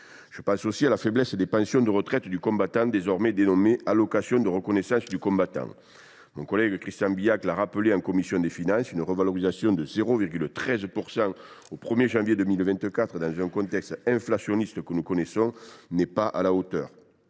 Je pense aussi à la faiblesse des pensions versées au titre de la retraite du combattant, désormais dénommée allocation de reconnaissance du combattant. Mon collègue Christian Bilhac l’a rappelé en commission des finances, une revalorisation de 0,13 % au 1 janvier 2024 dans le contexte inflationniste que nous connaissons n’est pas à la hauteur